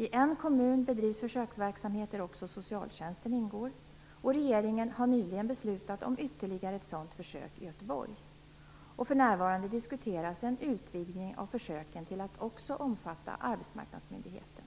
I en kommun bedrivs försöksverksamhet där också socialtjänsten ingår. Regeringen har nyligen beslutat om ytterligare ett sådant försök i Göteborg. För närvarande diskuteras en utvidgning av försöken till att också omfatta arbetsmarknadsmyndigheten.